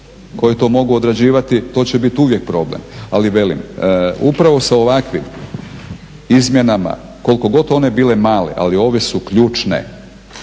koje to mogu odrađivati. To će uvijek biti problem. Ali velim upravo sa ovakvim izmjenama koliko god one bile mane ali ove su ključne,